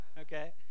Okay